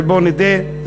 ובואו נודה,